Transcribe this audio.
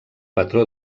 patró